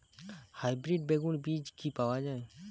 Hybrid বেগুন বীজ কি পাওয়া য়ায়?